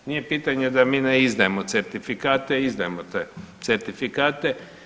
Nije pitanje da mi ne izdajemo certifikate, izdajemo te certifikate.